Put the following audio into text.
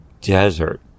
desert